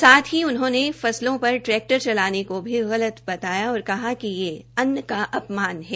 साथ ही उन्होंने फसलों पर ट्रैक्टर चलाने को भी गलत बताया और कहा कि यह अन्न का अपमान है